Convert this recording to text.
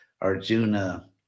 Arjuna